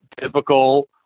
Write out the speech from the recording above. typical